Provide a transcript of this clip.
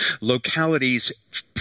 localities